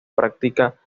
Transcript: práctica